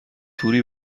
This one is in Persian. توری